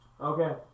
Okay